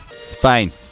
Spain